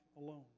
alone